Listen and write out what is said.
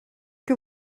que